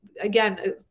again